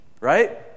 right